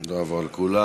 לא אעבור על כולם.